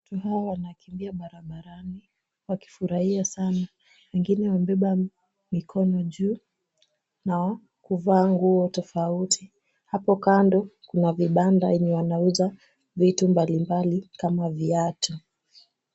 Watu hawa wanakimbia barabarani wakifurahia sana. Wengine wamebeba mikono juu na kuvaa nguo tofauti. Hapo kando kuna vibanda yenye wanauza vitu mbalimbali kama viatu.